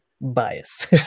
bias